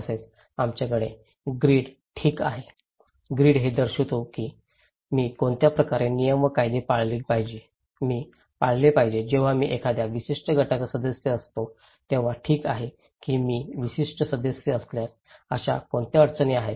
तसेच आमच्याकडे ग्रीड ठीक आहे ग्रीड हे दर्शवितो की मी कोणत्या प्रकारचे नियम व कायदे पाळले पाहिजे मी पाळले पाहिजे जेव्हा मी एखाद्या विशिष्ट गटाचा सदस्य असतो तेव्हा ठीक आहे की मी विशिष्ट सदस्य असल्यास अशा कोणत्या अडचणी आहेत